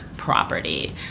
property